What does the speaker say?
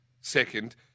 second